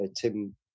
Tim